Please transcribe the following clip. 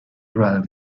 right